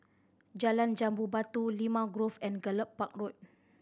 Jalan Jambu Batu Limau Grove and Gallop Park Road